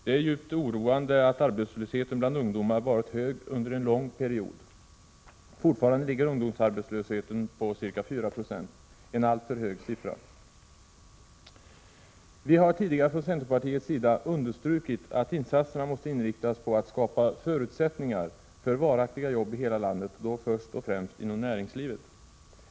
Det är djupt oroande att arbetslösheten bland ungdomar varit hög under en lång period. Fortfarande ligger ungdomsarbetslösheten på ca 4 9e, en alltför hög siffra. Vi har tidigare från centerpartiets sida understrukit att insatserna måste inriktas på att skapa förutsättningar för varaktiga jobb i hela landet och då först och främst inom näringslivet.